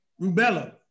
Rubella